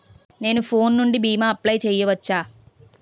నేను ఫోన్ నుండి భీమా అప్లయ్ చేయవచ్చా?